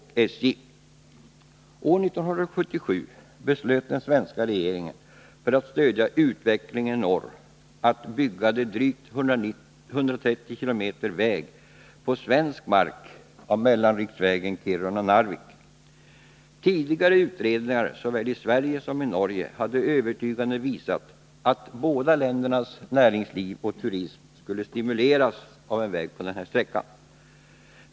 År 1977 beslöt den svenska regeringen att, för att stödja utvecklingen i norr, bygga drygt 130 km väg på svensk mark av mellanriksvägen Kiruna-Narvik. Tidigare utredningar såväl i Sverige som i Norge hade övertygande visat att båda ländernas näringsliv och turism skulle stimuleras av en väg på denna sträcka.